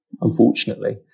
unfortunately